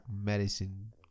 medicine